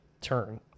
turn